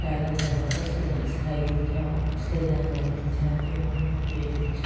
टाढो जाँदा कसले घाँस लाइदिन्छ कस्ले दाना दिन्छ त्यो मनमा पिर हुन्छ